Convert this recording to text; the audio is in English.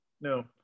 No